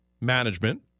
management